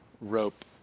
rope